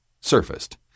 Surfaced